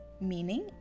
meaning